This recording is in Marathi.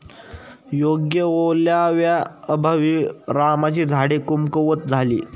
योग्य ओलाव्याअभावी रामाची झाडे कमकुवत झाली